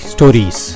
Stories